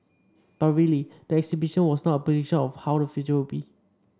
but really the exhibition was not a prediction of how the future will be